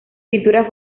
pinturas